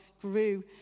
grew